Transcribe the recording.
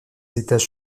étages